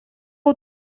aux